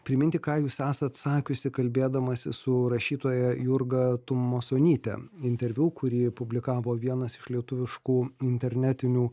priminti ką jūs esat sakiusi kalbėdamasi su rašytoja jurga tumasonyte interviu kurį publikavo vienas iš lietuviškų internetinių